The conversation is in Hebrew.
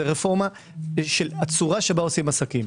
זה רפורמה של הצורה שבה עושים עסקים.